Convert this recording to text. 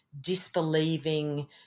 disbelieving